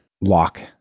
lock